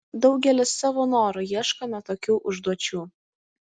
daugelis savo noru ieškome tokių užduočių